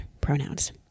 pronouns